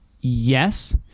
Yes